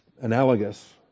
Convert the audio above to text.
analogous